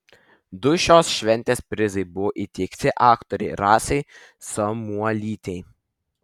du šios šventės prizai buvo įteikti aktorei rasai samuolytei